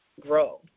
grow